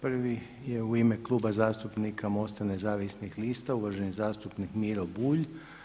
Prvi je u ime Kluba zastupnika MOST-a Nezavisnih lita uvaženi zastupnik Miro Bulj.